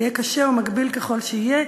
ויהיה קשה ומגביל ככל שיהיה,